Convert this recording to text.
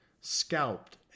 scalped